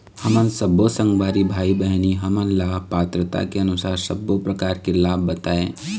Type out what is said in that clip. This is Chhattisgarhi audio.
हमन सब्बो संगवारी भाई बहिनी हमन ला पात्रता के अनुसार सब्बो प्रकार के लाभ बताए?